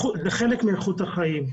זה חלק מאיכות החיים.